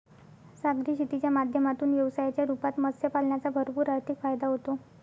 सागरी शेतीच्या माध्यमातून व्यवसायाच्या रूपात मत्स्य पालनाचा भरपूर आर्थिक फायदा होतो